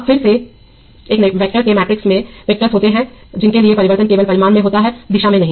अब फिर से एक वेक्टर्स के मैट्रिक्स वे वेक्टर्स होते हैं जिनके लिए परिवर्तन केवल परिमाण में होता है दिशा में नहीं